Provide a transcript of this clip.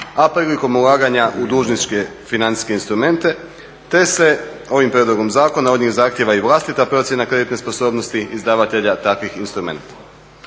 a prilikom ulaganja u dužničke financijske instrumente te se ovim prijedlogom zakona od njih zahtjeva i vlastita procjena kreditne sposobnosti izdavatelja takvih instrumenata.